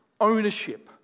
ownership